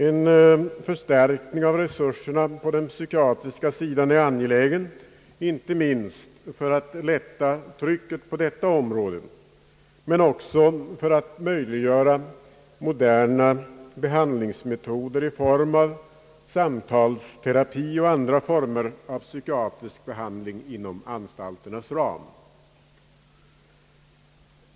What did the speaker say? En förstärkning av resurserna på den psykiatriska sidan är angelägen, inte minst för att lätta trycket på detta område, men också för att möjliggöra moderna behandlingsmetoder i form av samtalsterapi och andra former av psykiatrisk behandling inom anstalternas ram.